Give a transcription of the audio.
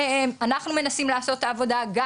אנחנו מנסים לעשות את העבודה,